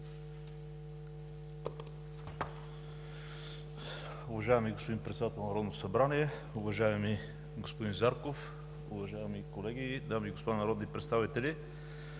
Уважаеми господин Председател на Народното събрание, уважаеми господин Зарков, уважаеми колеги, дами и господа народни представители!